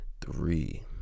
Three